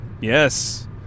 Yes